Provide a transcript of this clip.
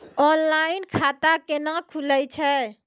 Online खाता केना खुलै छै?